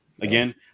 Again